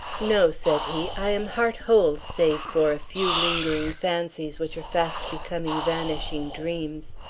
no, said he i am heart-whole save for a few lingering fancies which are fast becoming vanishing dreams.